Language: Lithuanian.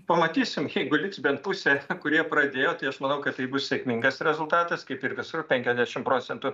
pamatysim jeigu liks bent pusė kurie pradėjo tai aš manau kad tai bus sėkmingas rezultatas kaip ir visur penkiasdešimt procentų